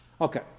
Okay